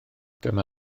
dyma